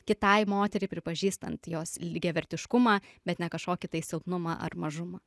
kitai moteriai pripažįstant jos lygiavertiškumą bet ne kažkokį tai silpnumą ar mažumą